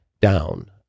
down